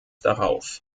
darauf